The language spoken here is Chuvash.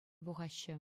пухаҫҫӗ